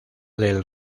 del